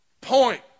point